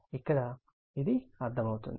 ఇక్కడ ఇది అర్థమవుతుంది